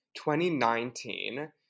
2019